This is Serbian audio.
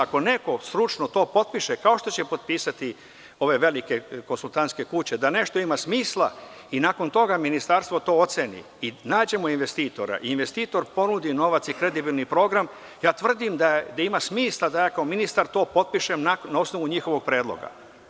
Ako neko stručno to potpiše, kao što će potpisati ove velike konsultantske kuće da nešto ima smisla, i nakon toga Ministarstvo to oceni i nađemo investitora, investitor ponudi novac i kredibilni program, tvrdim da ima smisla da ja kao ministar to potpišem na osnovu njihovog predloga.